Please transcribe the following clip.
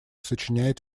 сочиняет